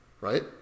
Right